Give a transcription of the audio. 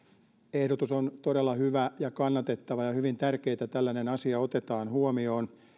ehdotus on todella hyvä ja kannatettava ja on hyvin tärkeää että tällainen asia otetaan huomioon